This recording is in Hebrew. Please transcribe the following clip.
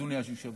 אדוני היושב-ראש,